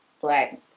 black